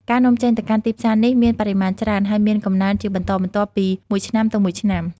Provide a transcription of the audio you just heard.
ការនាំចេញទៅកាន់ទីផ្សារនេះមានបរិមាណច្រើន ហើយមានកំណើនជាបន្តបន្ទាប់ពីមួយឆ្នាំទៅមួយឆ្នាំ។